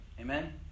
Amen